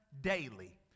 daily